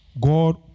God